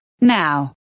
Now